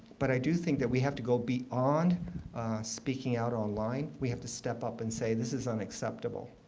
but i do think that we have to go beyond um and speaking out online. we have to step up and say, this is unacceptable.